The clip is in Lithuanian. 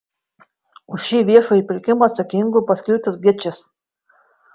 už šį viešąjį pirkimą atsakingu paskirtas gečis